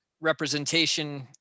representation